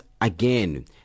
again